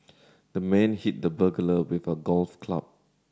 the man hit the burglar with a golf club